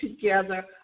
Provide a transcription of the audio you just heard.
together